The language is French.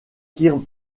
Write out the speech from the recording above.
kirk